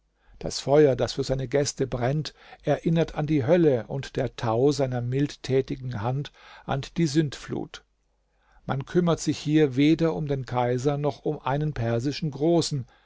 das feuer das für seine gäste brennt erinnert an die hölle und der tau seiner mildtätigen hand an die sündflut man kümmert sich hier weder um den kaiser noch um einen persischen großen